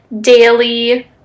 daily